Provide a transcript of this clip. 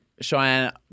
Cheyenne